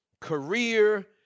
career